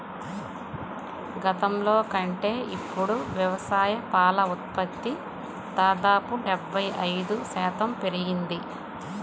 గతంలో కంటే ఇప్పుడు వ్యవసాయ పాల ఉత్పత్తి దాదాపు డెబ్బై ఐదు శాతం పెరిగింది